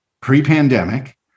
pre-pandemic